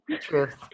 Truth